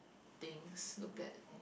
things look at